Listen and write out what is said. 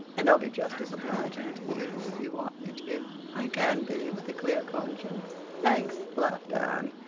and i'll be just as obliging to you if you want me to i can be, with a clear conscience. thanks, laughed anne,